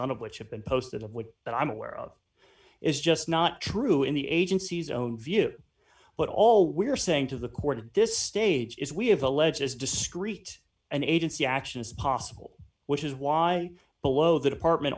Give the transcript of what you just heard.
none of which have been posted and would that i'm aware of is just not true in the agency's own view but all we're saying to the court of this stage is we have alleged as discreet an agency action as possible which is why below the department